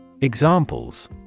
Examples